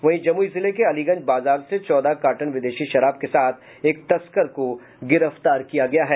वहीं जमूई जिले के अलीगंज बाजार से चौदह कार्टन विदेशी शराब के साथ एक तस्कर को गिरफ्तार किया गया है